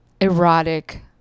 erotic